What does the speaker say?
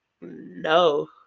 no